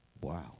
Wow